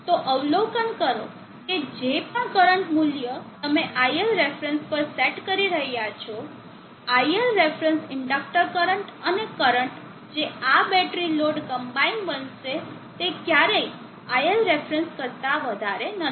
તો અવલોકન કરો કે જે પણ કરંટ મૂલ્ય તમે iLref પર સેટ કરી રહ્યા છો iLref ઇન્ડક્ટર કરંટ અને કરંટ જે આ બેટરી લોડ કમ્બાઇન બનશે તે ક્યારેય iLref કરતા વધારે નથી